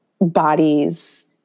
bodies